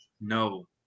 No